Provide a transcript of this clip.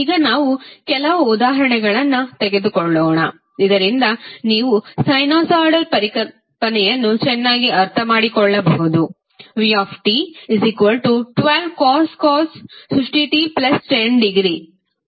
ಈಗ ನಾವು ಕೆಲವು ಉದಾಹರಣೆಗಳನ್ನು ತೆಗೆದುಕೊಳ್ಳೋಣ ಇದರಿಂದ ನೀವು ಸೈನುಸಾಯ್ಡ್ ಪರಿಕಲ್ಪನೆಯನ್ನು ಚೆನ್ನಾಗಿ ಅರ್ಥಮಾಡಿಕೊಳ್ಳಬಹುದು